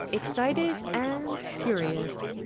excited and curious.